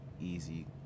easy